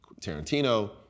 Tarantino